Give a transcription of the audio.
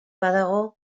badago